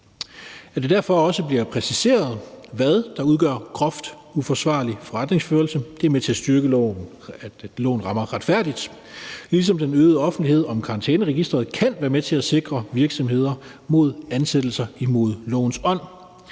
at det derfor også bliver præciseret, hvad der udgør groft uforsvarlig forretningsførelse. Det er med til at styrke, at loven rammer retfærdigt, ligesom den øgede offentlighed om karantæneregistreret kan være med til at sikre virksomheder mod ansættelser imod lovens ånd.